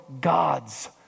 God's